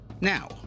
Now